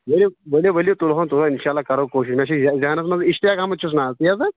ؤلِو ؤلِو ؤلِو تُلہون تُلہون اِنشا اللہ کرو کوٗشِش مےٚ چھُ ذہنس منٛز اِشتیاق احمد چھُس ناو تی ہسا